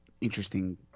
interesting